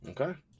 Okay